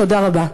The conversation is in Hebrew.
תודה רבה.